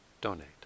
donate